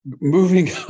moving